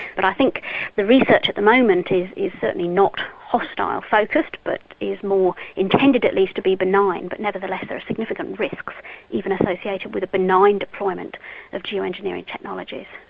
but i think the research at the moment is is certainly not hostile-focused but is more intended at least to be benign, but nevertheless there are significant risks even associated with a benign deployment of geo-engineering technologies.